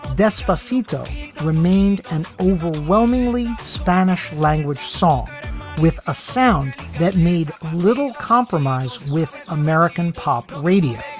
despacito remained an overwhelmingly spanish language song with a sound that made little compromise with american pop radio.